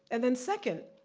and then second,